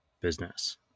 business